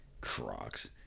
Crocs